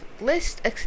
List